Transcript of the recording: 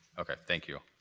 okay. thank you.